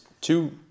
two